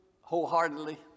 wholeheartedly